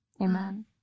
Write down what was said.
Amen